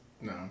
No